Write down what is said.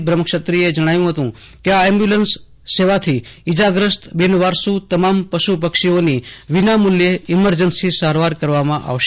બ્રહ્મક્ષત્રીયએ જણાવ્યું હતું કે આ એમ્બ્યુલન્સ સેવાથી ઈજાગ્રસ્ત બિનવારસુ તમામ પશુ પક્ષીઓની વિના મુલ્યે ઈમરજન્સી સારવાર કરવામાં આવશે